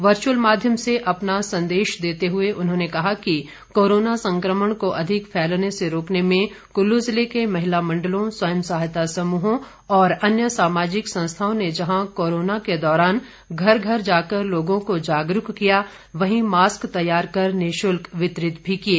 virtual माध्यम से अपना संदेश देते हुए उन्होंने कहा कि कोरोना संक्रमण को अधिक फैलने से रोकने में कुल्लू जिले के महिला मंडलों स्वयं सहायता समूहों और अन्य सामाजिक संस्थाओं ने जहां कोरोना के दौरान घर घर जाकर लोगों को जागरूक किया वहीं मास्क तैयार कर निशुल्क वितरित भी किये